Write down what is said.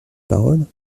parole